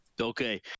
Okay